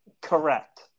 Correct